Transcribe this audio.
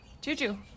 Juju